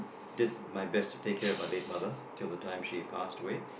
did my best to take care of my late mother till the time she passed away